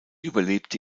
überlebte